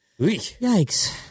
Yikes